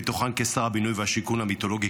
מתוכן כשר הבינוי והשיכון המיתולוגי,